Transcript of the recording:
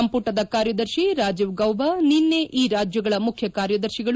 ಸಂಪುಟದ ಕಾರ್ಯದರ್ತಿ ರಾಜೀವ್ ಗೌಬಾ ನಿನ್ನೆ ಈ ರಾಜ್ಯಗಳ ಮುಖ್ಯ ಕಾರ್ಯದರ್ತಿಗಳು